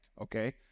okay